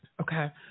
okay